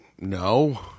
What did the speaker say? no